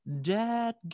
dad